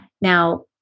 Now